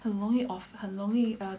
很容易